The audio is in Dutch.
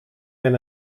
ben